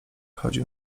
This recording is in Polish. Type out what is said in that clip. chodził